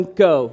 go